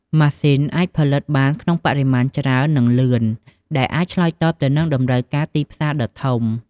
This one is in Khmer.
ម៉ាស៊ីនអាចផលិតបានក្នុង បរិមាណច្រើន និង លឿន ដែលអាចឆ្លើយតបទៅនឹងតម្រូវការទីផ្សារដ៏ធំ។